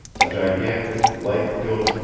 a gigantic, light-filled,